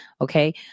Okay